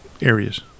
areas